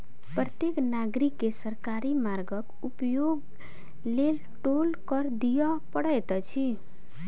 प्रत्येक नागरिक के सरकारी मार्गक उपयोगक लेल टोल कर दिअ पड़ैत अछि